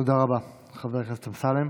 תודה רבה, חבר הכנסת אמסלם.